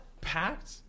packed